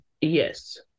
Yes